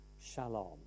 shalom